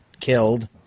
killed